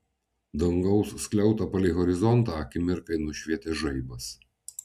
dangaus skliautą palei horizontą akimirkai nušvietė žaibas